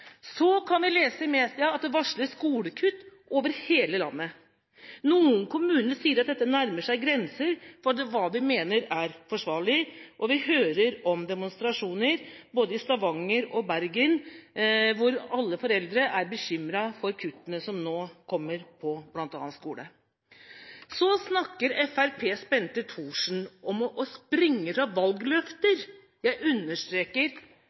Så kan vi lese i media at det varsles skolekutt over hele landet. Noen kommuner sier at dette nærmer seg grensen for hva de mener er forsvarlig, og vi hører om demonstrasjoner i både Stavanger og Bergen, hvor alle foreldre er bekymret over kuttene som nå kommer innen bl.a. skole. Så snakker Fremskrittspartiets Bente Thorsen om å springe fra valgløfter. Jeg understreker: